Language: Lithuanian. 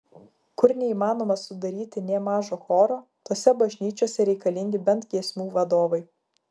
kur neįmanoma sudaryti nė mažo choro tose bažnyčiose reikalingi bent giesmių vadovai